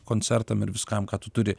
koncertam ir viskam ką tu turi